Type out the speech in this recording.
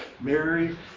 Mary